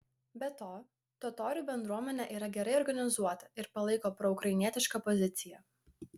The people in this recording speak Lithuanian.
be to totorių bendruomenė yra gerai organizuota ir palaiko proukrainietišką poziciją